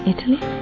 Italy